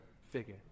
figure